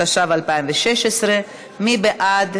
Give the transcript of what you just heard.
התשע"ו 2016. מי בעד?